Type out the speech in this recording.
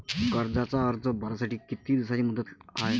कर्जाचा अर्ज भरासाठी किती दिसाची मुदत हाय?